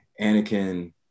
Anakin